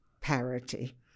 parity